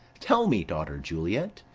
tell me, daughter juliet,